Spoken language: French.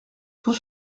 tout